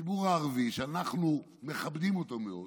הציבור הערבי, שאנחנו מכבדים אותו מאוד,